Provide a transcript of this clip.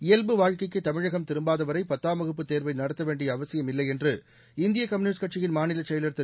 இயல்பு வாழ்க்கைக்கு தமிழகம் திரும்பாத வரை பத்தாம் வகுப்பு தேர்வை நடத்த வேண்டிய அவசியம் இல்லை என்று இந்திய கம்பூனிஸ்ட் கட்சியின் மாநிலச் செயலாளர் திரு